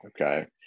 okay